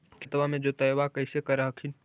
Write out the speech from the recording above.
खेतबा के जोतय्बा कैसे कर हखिन?